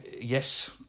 yes